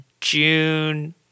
June